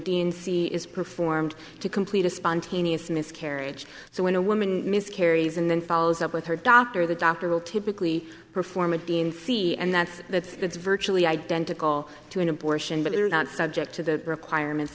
c is performed to complete a spontaneous miscarriage so when a woman miscarries and then follows up with her doctor the doctor will typically perform a dean fee and that's that it's virtually identical to an abortion but they are not subject to the requirements